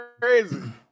crazy